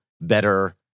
better